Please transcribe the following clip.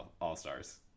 all-stars